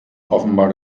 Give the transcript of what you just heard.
offenbar